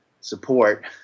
support